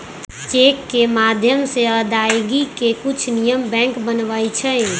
cheque के माध्यम से अदायगी के कुछ नियम बैंक बनबई छई